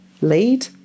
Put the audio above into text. lead